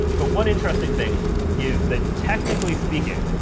but one interesting thing is that technically speaking,